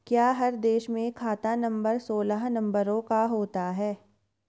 क्या हर देश में खाता नंबर सोलह नंबरों का होता है?